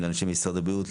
לאנשי משרד הבריאות,